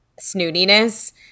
snootiness